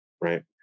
right